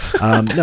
No